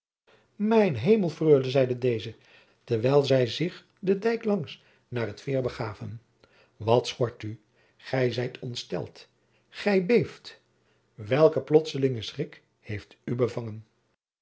mijn hemel freule zeide deze terwijl zij zich den dijk langs naar het veer begaven wat schort u gij zijt ontsteld gij beeft welke plotslinge schrik heeft u bevangen